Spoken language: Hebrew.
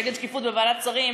נגד שקיפות בוועדת שרים,